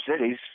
cities